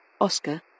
Oscar